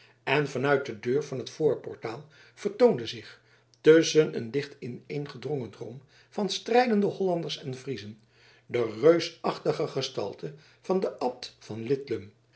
en van uit de deur van het voorportaal vertoonde zich tusschen een dicht ineengedrongen drom van strijdende hollanders en friezen de reusachtige gestalte van den abt van lidlum